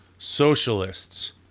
Socialists